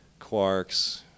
Quarks